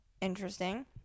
interesting